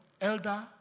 elder